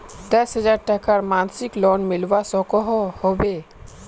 दस हजार टकार मासिक लोन मिलवा सकोहो होबे?